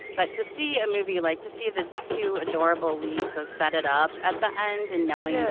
but to see a movie, like to see the two adorable leads of set it up at the end and knowing.